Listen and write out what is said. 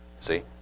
see